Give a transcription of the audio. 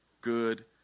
good